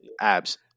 abs